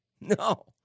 No